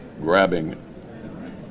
grabbing